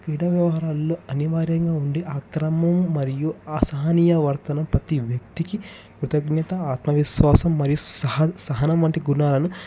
క్రీడా వ్యవహారాల్లో అనివార్యంగా ఉండి అక్రమము మరియు అసహనీయ వర్తనం ప్రతి వ్యక్తికి కృతజ్ఞత ఆత్మవిశ్వాసం మరియు సహనం వంటి గుణాలను